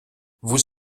vous